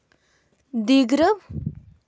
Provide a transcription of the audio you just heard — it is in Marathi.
दीर्घ मुदत ठेवीमध्ये पैशांची बचत होते का?